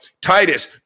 Titus